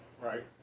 Right